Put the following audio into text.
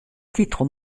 titres